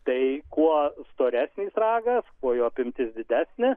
tai kuo storesnis ragą kio jo apimtis didesnė